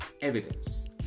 evidence